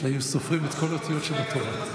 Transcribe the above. שהיו סופרים את כל האותיות שבתורה.